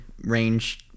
range